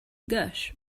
gush